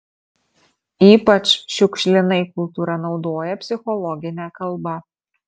ypač šiukšlinai kultūra naudoja psichologinę kalbą